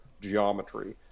geometry